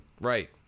Right